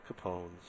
Capone's